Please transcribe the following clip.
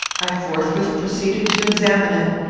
i forthwith proceeded to examine it.